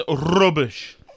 rubbish